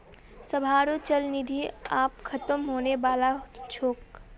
सबहारो चल निधि आब ख़तम होने बला छोक